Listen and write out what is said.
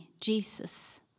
Jesus